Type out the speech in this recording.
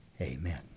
Amen